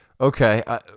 okay